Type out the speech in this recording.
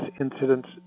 incidents